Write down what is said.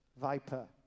Viper